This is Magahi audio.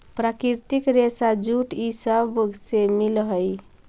प्राकृतिक रेशा जूट इ सब से मिल हई